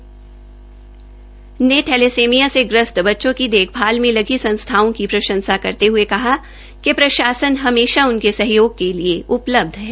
इस मौके पर जिला उपाय्क्त थैलेसेनिया से ग्रस्त बच्चों की देखभाल में लगी संस्थाओं की प्रंशसा करते हये कहा कि प्रशासन हमेशा उनके सहयोग के लिए उपलब्ध है